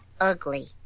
ugly